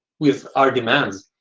with our demands.